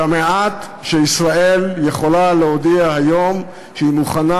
זה המעט שישראל יכולה להודיע היום שהיא מוכנה